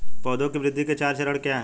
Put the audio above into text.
पौधे की वृद्धि के चार चरण क्या हैं?